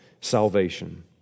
salvation